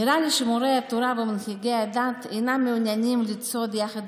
נראה לי שמורי התורה ומנהיגי הדת אינם מעוניינים לצעוד ביחד